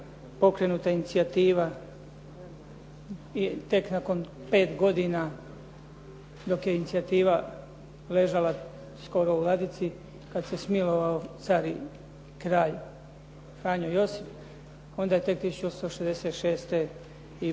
pokrenuta inicijativa i tek nakon pet godina dok je inicijativa ležala skoro u ladici kad se smilovao car i kralj Franjo Josip, onda je tek 1866. i